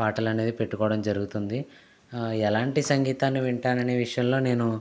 పాటలనేది పెట్టుకోవడం జరుగుతుంది ఎలాంటి సంగీతాన్ని వింటానని విషయంలో నేను